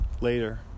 later